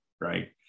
Right